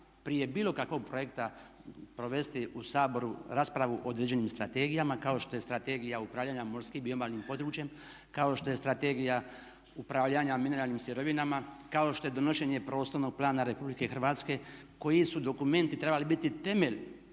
prije bilo kakvog projekta provesti u Saboru raspravu o određenim strategijama kao što je Strategija upravljanja morskim i obalnim područjem, kao što je Strategija upravljanja mineralnim sirovinama, kao što je donošenje prostornog plana Republike Hrvatske, koji su dokumenti trebali biti temelj